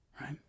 right